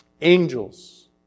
Angels